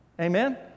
Amen